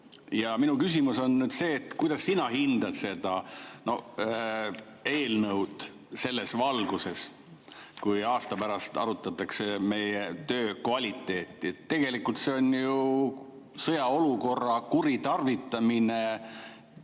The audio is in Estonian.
Minu küsimus on selline: kuidas sina hindad seda eelnõu selles valguses, kui aasta pärast arutatakse meie töö kvaliteeti? Tegelikult see on ju sõjaolukorra kuritarvitamine.